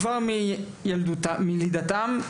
כבר מלידתם,